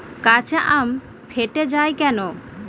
কাঁচা আম ফেটে য়ায় কেন?